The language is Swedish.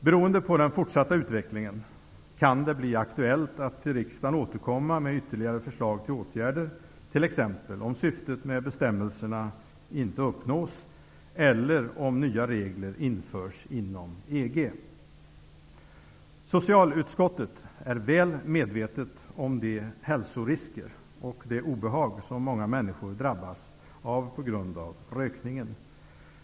Beroende på den fortsatta utvecklingen kan det bli aktuellt att till riksdagen återkomma med ytterligare förslag till åtgärder, t.ex. om syftet med bestämmelserna inte uppnås eller om nya regler införs inom EG. Socialutskottet är väl medvetet om de hälsorisker och det obehag som många människor drabbas av på grund av rökningen.